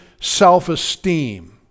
self-esteem